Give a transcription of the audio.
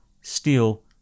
steel